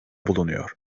bulunuyor